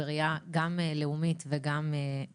גם בראייה לאומית וגם בראייה עולמית,